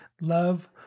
love